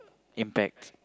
impact